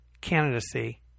candidacy